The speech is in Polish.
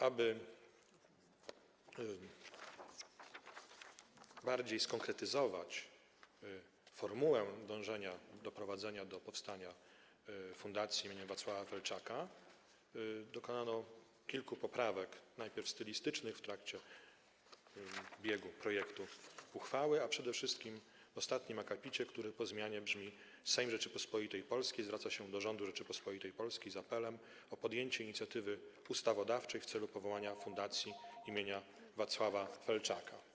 Aby bardziej skonkretyzować formułę doprowadzenia do powstania Fundacji im. Wacława Felczaka, dokonano kilku poprawek stylistycznych w projekcie uchwały, przede wszystkim w ostatnim akapicie, który po zmianie brzmi: Sejm Rzeczypospolitej Polskiej zwraca się do rządu Rzeczypospolitej Polskiej z apelem o podjęcie inicjatywy ustawodawczej w celu powołania Fundacji im. Wacława Felczaka.